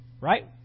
Right